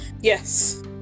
Yes